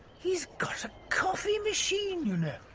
he's got a coffee machine, you know.